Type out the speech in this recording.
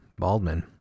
Baldman